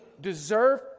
deserve